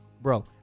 bro